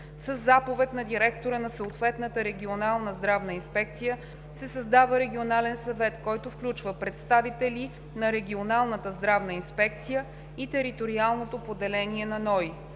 заповед на директора на съответната регионална здравна инспекция, се създава регионален съвет, който включва представители на регионалната здравна инспекция и териториалното поделение на НОИ.